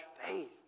faith